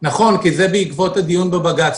נכון כי זה בעקבות הדיון בבג"ץ.